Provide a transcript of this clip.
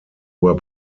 were